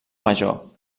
major